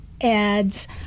ads